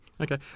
Okay